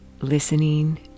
listening